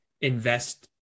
invest